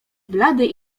blady